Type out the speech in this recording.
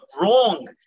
wrong